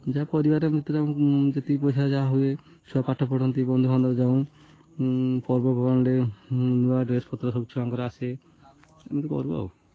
ଯାହା ପରିବାର ଭିତରେ ଆମକୁ ଯେତିକି ପଇସା ଯାହା ହୁଏ ଛୁଆ ପାଠ ପଢ଼ନ୍ତି ବନ୍ଧୁବାନ୍ଧବ ଯାଉଁ ପର୍ବପର୍ବାଣିରେ ନୂଆ ଡ୍ରେସ ପତ୍ର ସବୁ ଛୁଆଙ୍କର ଆସେ ଏମିତି କରୁ ଆଉ